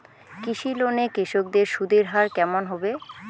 কৃষি লোন এ কৃষকদের সুদের হার কেমন হবে?